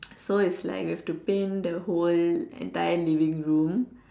so it's like we have to paint the whole entire living room